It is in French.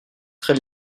très